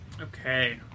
Okay